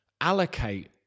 allocate